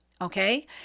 Okay